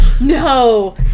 No